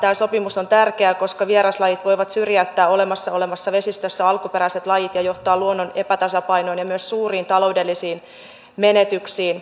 tämä sopimus on tärkeä koska vieraslajit voivat syrjäyttää olemassa olevassa vesistössä alkuperäiset lajit ja johtaa luonnon epätasapainoon ja myös suuriin taloudellisiin menetyksiin